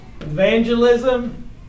Evangelism